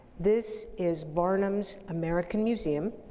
this is barnum's american museum